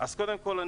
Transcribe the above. קודם כל,